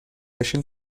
بشین